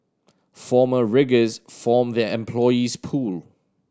former riggers form their employees pool